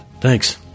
Thanks